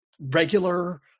regular